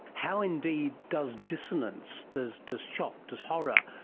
how indeed does dissonance, does does shock, does horror,